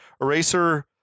Eraser